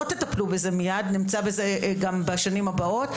תטפלו בזה מיד נמצא את זה גם בשנים הבאות.